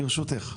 ברשותך.